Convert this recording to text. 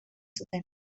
zuten